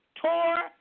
tour